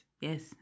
yes